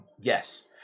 Yes